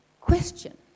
Question